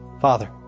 Father